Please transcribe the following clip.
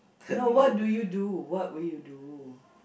no what do you do what will you do